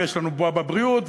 ויש לנו בועה בבריאות,